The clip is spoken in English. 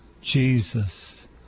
Jesus